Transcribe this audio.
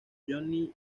johnny